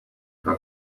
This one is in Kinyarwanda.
kwa